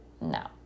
No